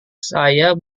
saya